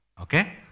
Okay